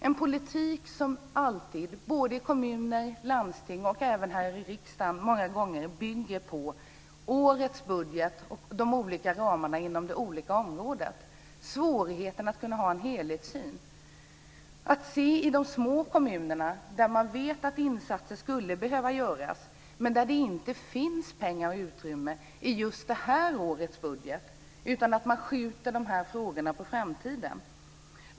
En politik som i kommuner, i landsting och även här i riksdagen många gånger bygger på årets budget och de olika ramarna inom de olika områdena innebär svårigheter att kunna ha en helhetssyn - att se de små kommunerna där man vet att insatser skulle behöva göras, men där det inte finns pengar och utrymme i just detta års budget. Man skjuter i stället dessa frågorna på framtiden.